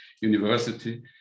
University